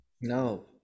No